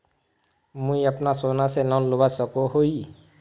मुई अपना सोना से लोन लुबा सकोहो ही?